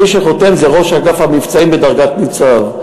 מי שחותם זה ראש אגף המבצעים בדרגת ניצב.